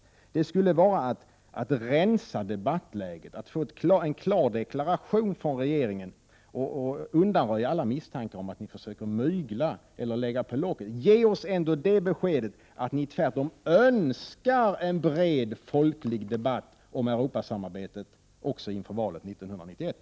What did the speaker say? Att få en klar deklaration från regeringen skulle vara att rensa debattläget och undanröja alla misstankar om att ni försöker mygla eller lägga på locket. Ge oss ändå det beskedet att ni tvärtom önskar en bred folklig debatt om Europasamarbetet också inför valet 1991!